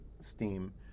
Steam